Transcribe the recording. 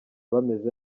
bameze